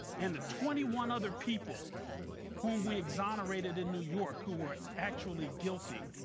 and the twenty one other people whom we exonerated in new york, who were actually guilty,